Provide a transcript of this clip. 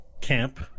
camp